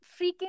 freaking